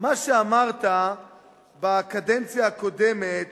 את מה שאמרת בקדנציה הקודמת